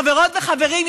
חברות וחברים,